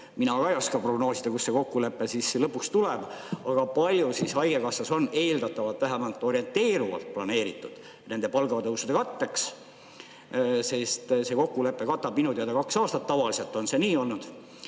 mina ka ei oska prognoosida, kus see kokkulepe lõpuks tuleb. Aga palju haigekassas on eeldatavalt, vähemalt orienteeruvalt planeeritud nende palgatõusude katteks? See kokkulepe katab minu teada kaks aastat, tavaliselt on see nii olnud.